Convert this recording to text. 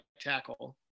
tackle